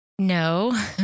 No